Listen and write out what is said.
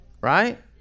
right